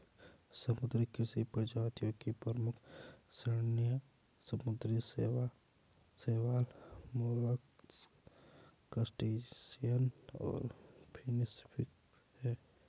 समुद्री कृषि प्रजातियों की प्रमुख श्रेणियां समुद्री शैवाल, मोलस्क, क्रस्टेशियंस और फिनफिश हैं